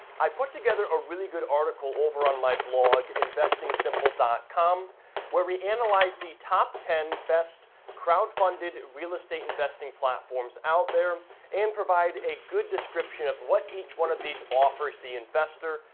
i put together a really good article over on my blog investingsimple dot com where we analyze the top ten best crowdfunded real estate investing platforms out there and provide a good description of what each one of these offers the investor.